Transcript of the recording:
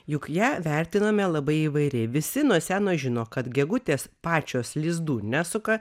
juk ją vertiname labai įvairiai visi nuo seno žino kad gegutės pačios lizdų nesuka